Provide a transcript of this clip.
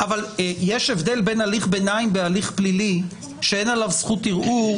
אבל יש הבדל בין הליך ביניים בהליך פלילי שאין עליו זכות ערעור,